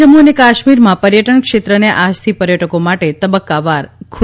જમ્મુ અને કાશ્મીરમાં પર્યટન ક્ષેત્રને આજથી પર્યટકો માટે તબક્કાવાર ખૂલ્લુ મૂકાયું